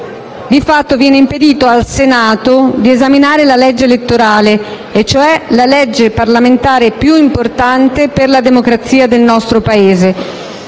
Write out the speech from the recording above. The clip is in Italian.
Di fatto, viene impedito al Senato di esaminare la legge elettorale e cioè la legge parlamentare più importante per la democrazia del nostro Paese.